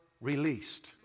released